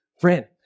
friend